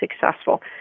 successful